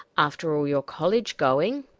after all your college-going.